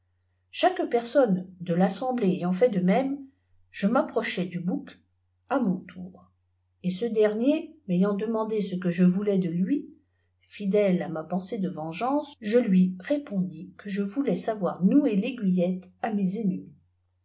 chaque personne de l'assemblée ayant fait de même je m'approchai du bouc à mon tour et ce dernier m'ayant demandé ce que je voulais de lût ftele a ma pensée de vengeance je lui répondis que je voulais savoir ifiouer taiguillette à mes ennemis